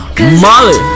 Molly